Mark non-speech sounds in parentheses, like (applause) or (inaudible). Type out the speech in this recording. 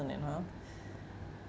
it !huh! (breath)